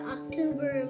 October